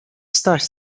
staś